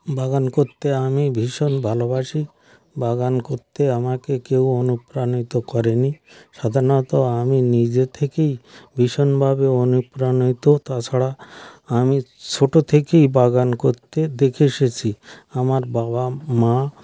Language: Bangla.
বাগান করতে আমি ভীষণ ভালোবাসি বাগান করতে আমাকে কেউ অনুপ্রাণিত করেনি সাধারণত আমি নিজে থেকেই ভীষণভাবে অনুপ্রাণিত তাছাড়া আমি ছোট থেকেই বাগান করতে দেখে এসেছি আমার বাবা মা